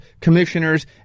commissioners